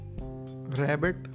rabbit